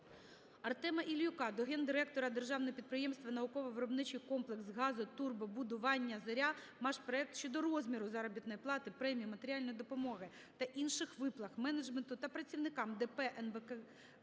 АртемаІльюка до Гендиректора Державного підприємства "Науково-виробничий комплекс газотурбобудування "Зоря"-"Машпроект" щодо розміру заробітної плати, премій, матеріальної допомоги та інших виплат менеджменту та працівникам ДП "НВКГ